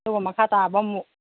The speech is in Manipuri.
ꯑꯗꯨꯒ ꯃꯈꯥ ꯇꯥꯕ ꯑꯃꯨꯛ